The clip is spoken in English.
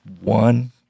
One